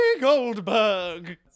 Goldberg